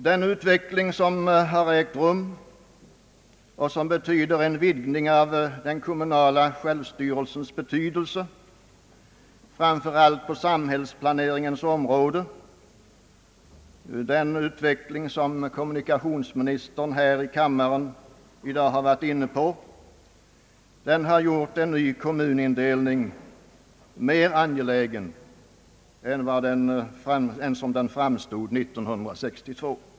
Den utveckling som har ägt rum och som betyder en vidgning av den kommunala självstyrelsens betydelse, framför allt på samhällsplaneringens område, som kommunikationsministern i dag här i kammaren har varit inne på, har gjort en ny kommunindelning mer angelägen än den bedömdes vara 1962.